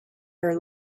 her